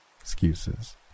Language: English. Excuses